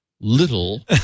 little